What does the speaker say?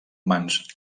mans